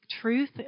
truth